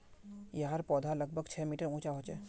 याहर पौधा लगभग छः मीटर उंचा होचे